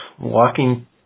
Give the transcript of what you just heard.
walking